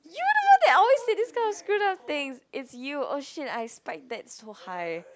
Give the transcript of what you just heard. you know that I always say this kind of screwed up things it's you oh shit I spike that so high